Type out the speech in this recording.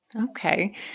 Okay